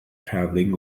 traveling